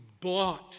bought